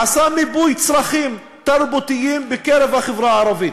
עשה מיפוי צרכים תרבותיים בקרב החברה הערבית,